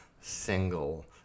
single